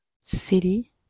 city